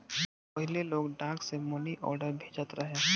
पहिले लोग डाक से मनीआर्डर भेजत रहे